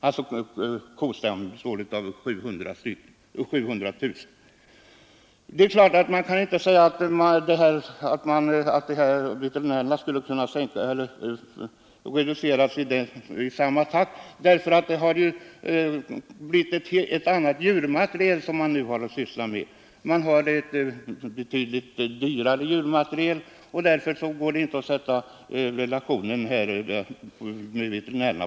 Antalet veterinärer kan dock inte reduceras i samma takt, eftersom vi nu har betydligt dyrare djurmaterial, som kräver bättre vård.